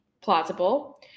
Plausible